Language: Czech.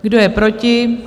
Kdo je proti?